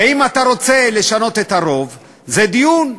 ואם אתה רוצה לשנות את הרוב, זה דיון.